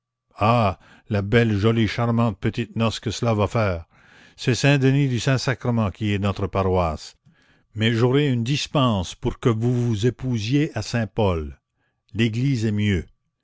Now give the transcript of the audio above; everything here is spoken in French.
ah la belle jolie charmante petite noce que cela va faire c'est saint-denis du saint-sacrement qui est notre paroisse mais j'aurai une dispense pour que vous vous épousiez à saint-paul l'église est mieux